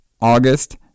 August